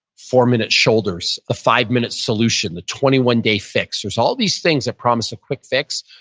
four minute shoulders, the five minute solution, the twenty one day fix. there's all these things that promise a quick-fix,